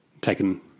taken